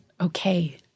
okay